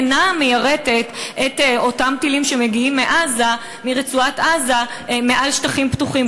אינה מיירטת את אותם טילים שמגיעים מרצועת-עזה מעל שטחים פתוחים.